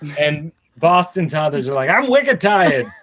and boston's others are like, i'm wicked tired.